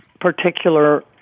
particular